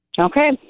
Okay